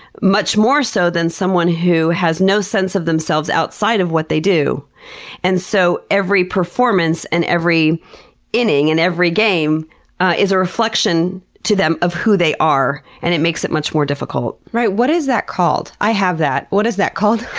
much more so than someone who has no sense of themselves outside of what they do and so every performance and every inning and every game is a reflection to them of who they are and it makes it much more difficult. what is that called? i have that. what is that called?